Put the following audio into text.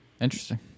Interesting